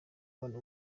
abana